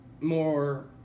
more